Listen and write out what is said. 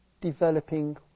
developing